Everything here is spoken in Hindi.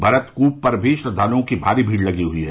भरत कूप पर भी श्रद्वालुओं की भारी भीड़ लगी हुई है